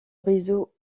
réseau